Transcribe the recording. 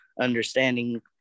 understanding